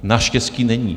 Naštěstí není.